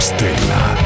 Stella